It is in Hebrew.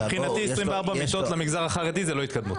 מבחינתי, 24 מיטות למגזר החרדי זה לא התקדמות.